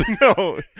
No